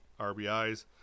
RBIs